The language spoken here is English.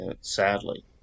sadly